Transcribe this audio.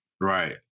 Right